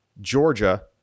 Georgia